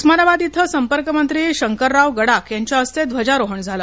उस्मानाबाद इथ संपर्कमंत्री शंकरराव गडाख यांच्या हस्ते ध्वजारोहण झालं